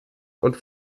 und